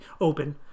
open